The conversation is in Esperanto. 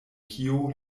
kio